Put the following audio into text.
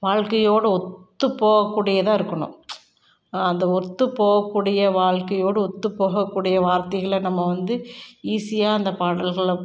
வாழ்க்கையோடய ஒத்து போக கூடியதாக இருக்கணும் அந்த ஒத்து போக கூடிய வாழ்க்கையோடய ஒத்து போக கூடிய வார்த்தைகளை நம்ம வந்து ஈஸியாக இந்த பாடல்கள்ல